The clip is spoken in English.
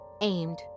aimed